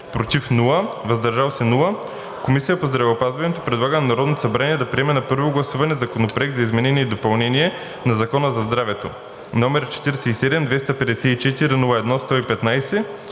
„против“ и „въздържал се“, Комисията по здравеопазването предлага на Народното събрание да приеме на първо гласуване Законопроект за изменение и допълнение на Закона за здравето, № 47-254-01-115,